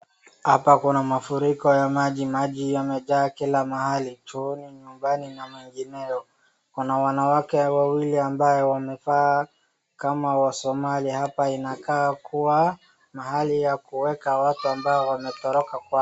Hapa kuna mafuriko ya maji. Maji yamejaa kila mahali; chooni, nyumbani na mengineo. Kuna wanawake wawili ambaye wamevaa kama wasomalia. Hapa inakaa kuwa na hali ya kueka watu wambaye wametoroka kwao.